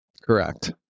Correct